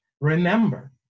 remember